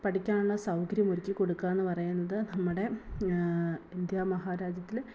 പഠിക്കാനുള്ള സൗകര്യം ഒരുക്കി കൊടുക്കാനെന്നു പറയുന്നത് നമ്മുടെ ഇന്ത്യ മഹാരാജ്യത്തിൽ